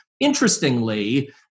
Interestingly